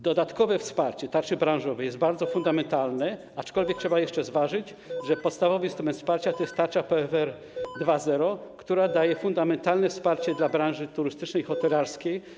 Dodatkowe wsparcie w ramach tarczy branżowej jest fundamentalne, aczkolwiek trzeba jeszcze zważyć, że podstawowy instrument wsparcia stanowi tarcza PFR 2.0, która daje fundamentalne wsparcie dla branży turystycznej i hotelarskiej.